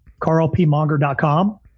carlpmonger.com